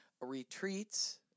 retreats